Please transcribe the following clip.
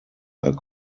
are